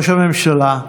ראש הממשלה,